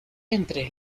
entre